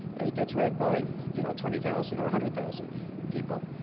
and it gets read by you know twenty thousand or one hundred thousand people.